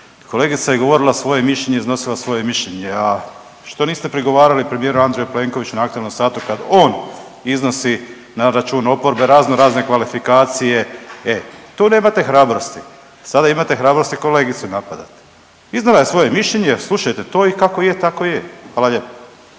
Kolegica je govorila svoje mišljenje i iznosila svoje mišljenje, a što niste prigovarali premijeru Andreju Plenkoviću na aktualnom satu kad on iznosi na račun oporbe razno razne kvalifikacije, e tu nemate hrabrosti, sada imate hrabrosti kolegicu napadati. Iznijela je svoje mišljenje jer slušajte to i kako je tako je, hvala lijepo.